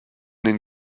den